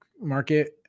market